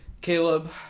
Caleb